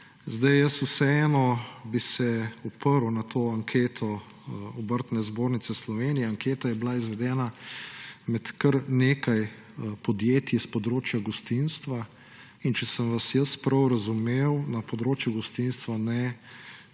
Vseeno bi se oprl na to anketo Obrtne zbornice Slovenije. Anketa je bila izvedena med kar nekaj podjetji s področja gostinstva. Če sem vas jaz prav razumel, na področju gostinstva ne